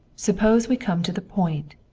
suppose we come to the point.